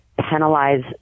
penalize